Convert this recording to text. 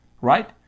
right